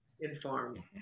informed